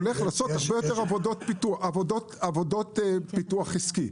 הולך לעשות הרבה יותר עבודות פיתוח עסקי.